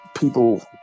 people